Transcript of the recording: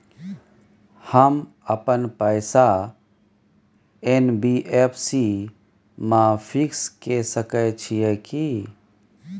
हम अपन पैसा एन.बी.एफ.सी म फिक्स के सके छियै की?